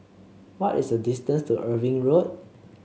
what is the distance to Irving Road